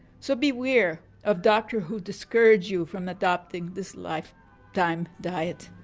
so beware of doctor who discouraged you from adopting this life time diet.